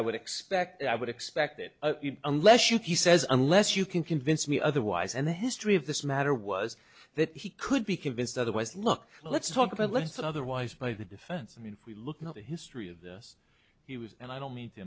i would expect i would expect that unless you says unless you can convince me otherwise and the history of this matter was that he could be convinced otherwise look let's talk about less than otherwise by the defense i mean if we look at the history of this he was and i don't mean to